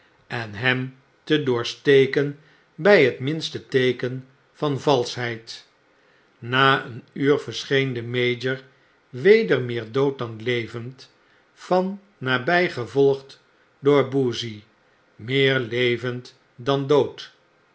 en hem te doorsteken bij het minste teeken van valschheid na een uur verscheen de mayor weder meer dood dan levend van nabfi gevolgd door boozey meer levend dan dood